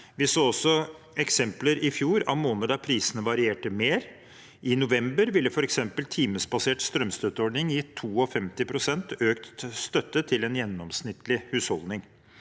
vi så også eksempler på måneder i fjor da prisene varierte mer. I november ville f.eks. timebasert strømstøtteordning gitt 52 pst. økt støtte til en gjennomsnittlig husholdning.